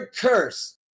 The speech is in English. curse